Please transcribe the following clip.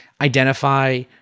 identify